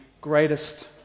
greatest